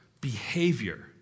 behavior